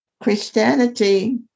Christianity